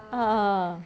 a'ah